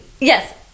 yes